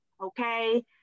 okay